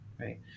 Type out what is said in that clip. right